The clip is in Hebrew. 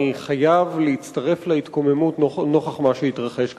אני חייב להצטרף להתקוממות נוכח מה שהתרחש כאן.